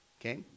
Okay